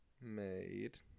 Made